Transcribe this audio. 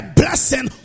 blessing